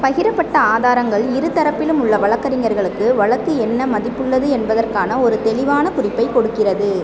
பகிரப்பட்ட ஆதாரங்கள் இரு தரப்பிலும் உள்ள வழக்கறிஞர்களுக்கு வழக்கு என்ன மதிப்புள்ளது என்பதற்கான ஒரு தெளிவான குறிப்பைக் கொடுக்கிறது